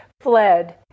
fled